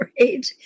right